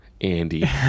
Andy